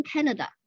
Canada